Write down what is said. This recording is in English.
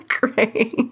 Great